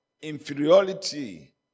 inferiority